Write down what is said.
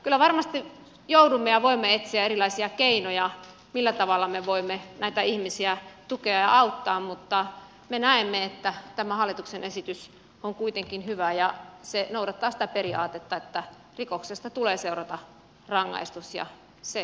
kyllä varmasti voimme etsiä erilaisia keinoja millä tavalla me voimme näitä ihmisiä tukea ja auttaa mutta me näemme että tämä hallituksen esitys on kuitenkin hyvä ja se noudattaa sitä periaatetta että rikoksesta tulee seurata rangaistus ja sen kuuluu olla juuri näin